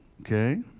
Okay